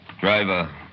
Driver